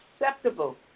acceptable